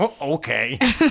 okay